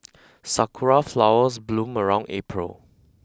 sakura flowers bloom around April